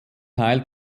teil